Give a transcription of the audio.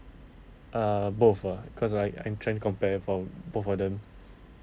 uh both uh because like I'm trying to compare for both of them